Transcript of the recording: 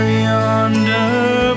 yonder